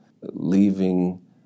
leaving